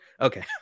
okay